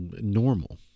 normal